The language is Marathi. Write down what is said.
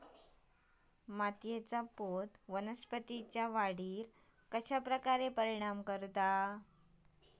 मातीएचा पोत वनस्पतींएच्या वाढीवर कश्या प्रकारे परिणाम करता?